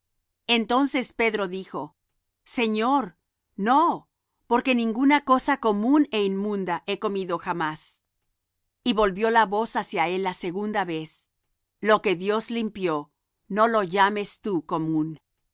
entonces pedro dijo señor no porque ninguna cosa común é inmunda he comido jamás y volvió la voz hacia él la segunda vez lo que dios limpió no lo llames tú común